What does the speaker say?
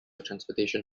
transportation